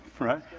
right